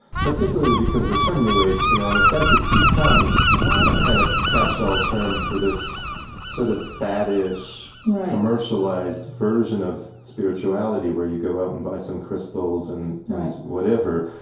particularly because the term new age, you know, in a sense, it's become a kind of catchall term for this sort of faddish commercialized version of spirituality where you go out and buy some crystals and whatever.